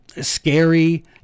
scary